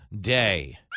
day